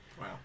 Wow